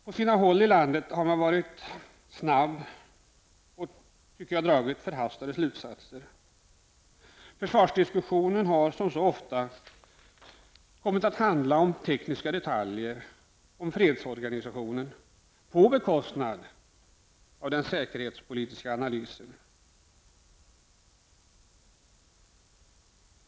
På sina håll i landet har man varit snabb och dragit förhastade slutsatser. Försvarsdiskussionen har som så ofta kommit att handla om tekniska detaljer och fredsorganisationen på bekostnad av den säkerhetspolitiska analysen.